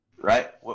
Right